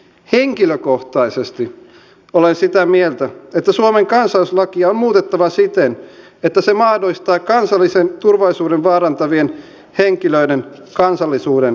henkilökohtaisesti olen sitä mieltä että suomen kansalaisuuslakia on muutettava siten että se mahdollistaa kansallisen turvallisuuden vaarantavien henkilöiden kansalaisuuden menettämisen